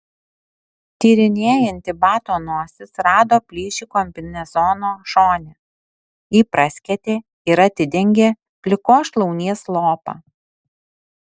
tyrinėjanti bato nosis rado plyšį kombinezono šone jį praskėtė ir atidengė plikos šlaunies lopą